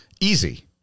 Easy